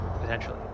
potentially